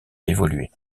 évolué